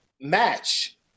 match